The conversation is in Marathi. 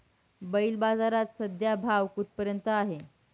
बैल बाजारात सध्या भाव कुठपर्यंत आहे?